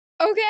Okay